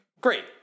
great